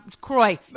Croy